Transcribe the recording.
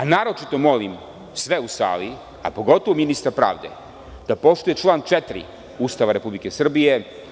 Naročito molim sve u sali, a pogotovo ministra pravde da poštuje član 4. Ustava Republike Srbije.